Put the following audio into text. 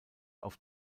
auf